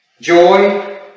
Joy